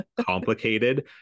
complicated